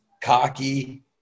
cocky